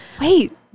Wait